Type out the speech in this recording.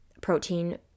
protein